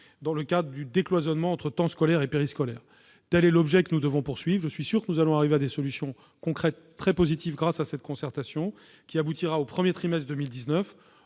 dans le cadre du décloisonnement entre temps scolaire et temps périscolaire. Tel est l'objectif que nous devons poursuivre. Je suis sûr que nous parviendrons à des solutions positives et concrètes grâce à cette concertation, laquelle aboutira au premier trimestre 2019.